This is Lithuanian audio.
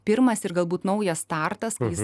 pirmas ir galbūt naujas startas kai jis